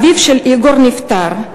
אביו של איגור נפטר,